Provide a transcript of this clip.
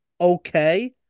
okay